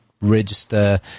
register